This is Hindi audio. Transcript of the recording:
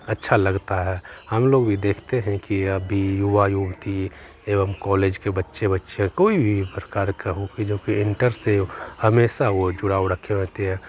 अच्छा लगता है हमलोग भी देखते हैं कि अभी युवा युवती एवं कॉलेज के बच्चे बच्चियाँ कोई भी भी प्रकार का हो जोकि इन्टर से हमेशा वह जुड़ाव रखे रहते हैं